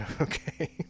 Okay